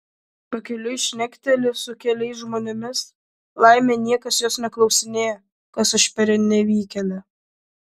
pakeliui šnekteli su keliais žmonėmis laimė niekas jos neklausinėja kas aš per nevykėlė